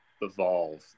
evolve